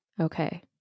Okay